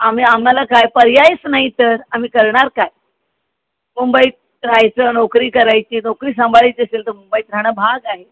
आम्ही आम्हाला काय पर्यायच नाही तर आम्ही करणार काय मुंबईत राहायचं नोकरी करायची नोकरी सांभाळायची असेल तर मुंबईत राहणं भाग आहे